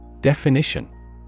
Definition